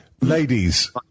Ladies